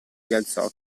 rialzò